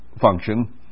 function